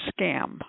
scam